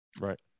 Right